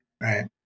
right